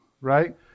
right